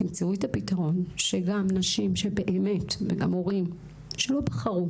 תמצאו את הפתרון שגם נשים או הורים שלא בחרו